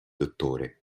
dottore